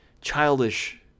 childish